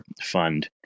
fund